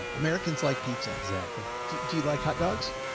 like americans like pizza. exactly. do you do you like hot dogs?